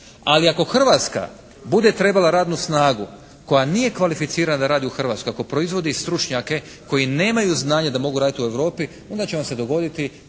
Ali ako Hrvatska bude trebala radnu snagu koja nije kvalificirana da radi u Hrvatskoj, ako proizvodi stručnjake koji nemaju znanje da mogu raditi u Europi onda će nam se dogoditi